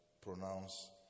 pronounce